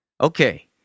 Okay